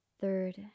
third